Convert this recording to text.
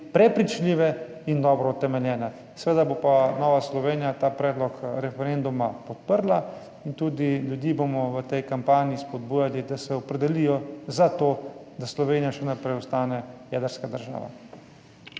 prepričljive in dobro utemeljene. Seveda bo pa Nova Slovenija ta predlog referenduma podprla. Tudi ljudi bomo v tej kampanji spodbujali, da se opredelijo za to, da Slovenija še naprej ostane jedrska država.